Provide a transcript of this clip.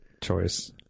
choice